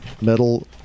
metal